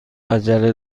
عجله